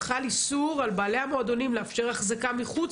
חל איסור על בעלי המועדונים לאפשר החזקה מחוץ